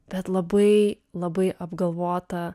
bet labai labai apgalvotą